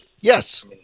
Yes